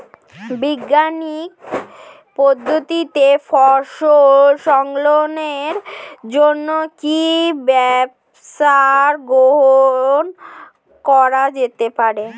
বৈজ্ঞানিক পদ্ধতিতে ফসল সংরক্ষণের জন্য কি ব্যবস্থা গ্রহণ করা যেতে পারে?